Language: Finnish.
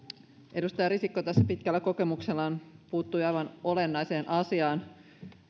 edustaja risikko tässä pitkällä kokemuksellaan puuttui aivan olennaiseen asiaan